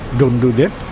don't do that.